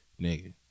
nigga